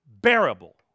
bearable